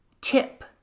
tip